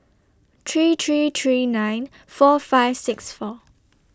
three three three nine four five six four